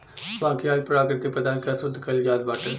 बाकी आज प्राकृतिक पदार्थ के अशुद्ध कइल जात बाटे